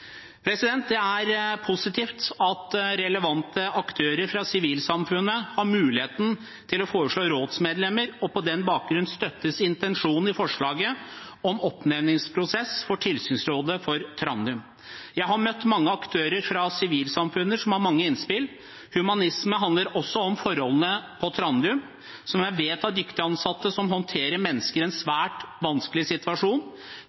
Det er positivt at relevante aktører fra sivilsamfunnet har muligheten til å foreslå rådsmedlemmer, og på den bakgrunn støttes intensjonen i forslaget om oppnevningsprosess for Tilsynsrådet for Trandum. Jeg har møtt mange aktører fra sivilsamfunn som har mange innspill. Humanisme handler også om forholdene på Trandum, som jeg vet har dyktige ansatte som håndterer mennesker i en svært vanskelig situasjon.